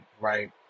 right